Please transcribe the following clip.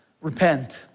Repent